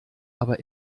aber